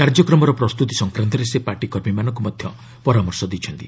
କାର୍ଯ୍ୟକ୍ରମର ପ୍ରସ୍ତୁତି ସଂକ୍ରାନ୍ତରେ ସେ ପାର୍ଟି କର୍ମୀମାନଙ୍କୁ ପରାମର୍ଶ ଦେଇଛନ୍ତି